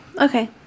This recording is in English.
okay